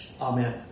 Amen